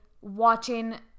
watching